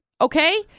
Okay